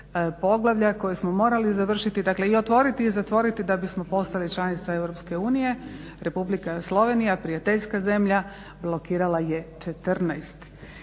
poglavlja koje smo morali završiti, dakle i otvoriti i zatvoriti da bismo postali članica Europske unije. Republika Slovenija, prijateljska zemlja blokirala je 14.